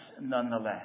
nonetheless